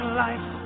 life